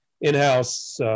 in-house